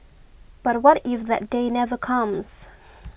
but what if that day never comes